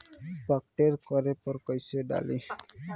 Pocket करेला पर कैसे डाली?